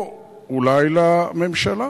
או אולי לממשלה.